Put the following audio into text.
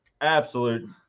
absolute